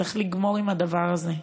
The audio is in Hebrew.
צריך לגמור עם הדבר הזה,